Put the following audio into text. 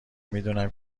میدونم